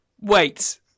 Wait